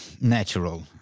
natural